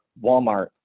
Walmart